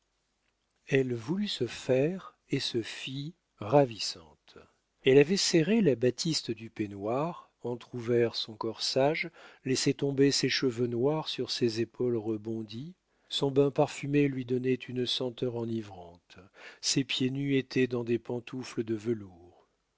elle voulut se faire et se fit ravissante elle avait serré la batiste du peignoir entr'ouvert son corsage laissé tomber ses cheveux noirs sur ses épaules rebondies son bain parfumé lui donnait une senteur enivrante ses pieds nus étaient dans des pantoufles de velours